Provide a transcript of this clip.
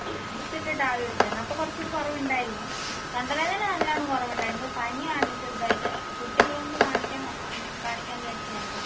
അതെ വിക്സ് ഇട്ടിട്ട് ആവി പിടിച്ചാർന്നു അപ്പോൾ കുറച്ചൊരു കുറവുണ്ടായിരുന്നു തൊണ്ട വേദന നല്ലവണ്ണം കുറവുണ്ടായിരുന്നു പനി ആണ് ചെറുതായിട്ട് അപ്പോൾ കുട്ടിയുള്ളതുകൊണ്ട് കാണിക്കാ കാണിക്കാമെന്ന് വിചാരിച്ചത് ആയിരുന്നു